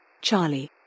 Charlie